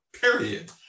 Period